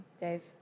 Dave